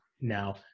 now